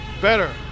better